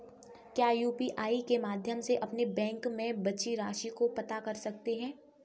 क्या यू.पी.आई के माध्यम से अपने बैंक में बची राशि को पता कर सकते हैं?